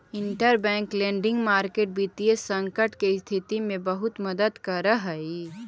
interbank lending market वित्तीय संकट के स्थिति में बहुत मदद करऽ हइ